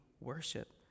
worship